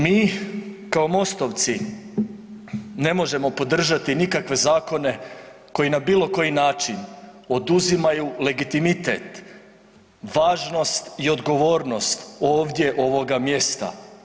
Mi kao Mostovci ne možemo podržati nikakve zakone koji na bilokoji način oduzimaju legitimitet, važnost i odgovornost ovdje ovoga mjesta.